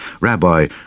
Rabbi